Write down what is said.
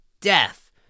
death